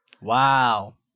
Wow